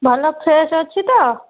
ଭଲ ଫ୍ରେସ୍ ଅଛି ତ